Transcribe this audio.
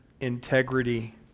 integrity